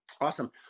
Awesome